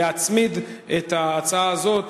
נצמיד את ההצעה הזאת